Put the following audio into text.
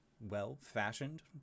well-fashioned